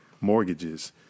mortgages